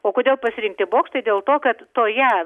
o kodėl pasirinkti bokštai dėl to kad toje